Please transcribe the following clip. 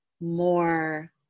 more